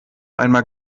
einmal